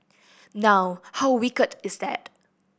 now how wicked is that